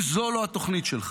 אם זו לא התוכנית שלך,